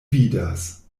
vidas